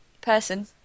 person